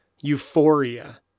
Euphoria